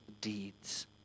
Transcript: deeds